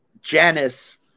Janice